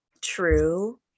True